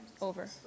Over